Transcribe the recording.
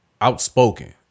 outspoken